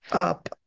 up